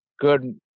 good